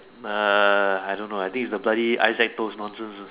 uh I don't know I think its the bloody Isaac toast nonsense